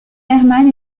hermann